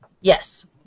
Yes